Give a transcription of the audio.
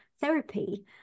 therapy